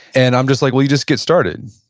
and i'm just like, well, you just get started,